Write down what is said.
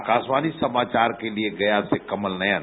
आकाशवाणी समाचार के लिए गया से कमल नयन